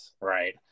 Right